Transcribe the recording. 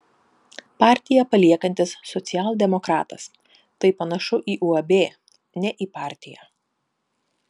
partiją paliekantis socialdemokratas tai panašu į uab ne į partiją